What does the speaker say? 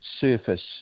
surface